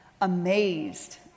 amazed